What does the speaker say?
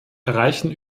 erreichen